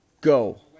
go